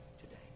today